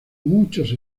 muchos